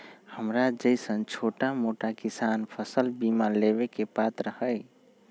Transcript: हमरा जैईसन छोटा मोटा किसान फसल बीमा लेबे के पात्र हई?